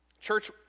Church